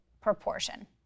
proportion